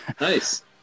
Nice